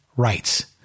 rights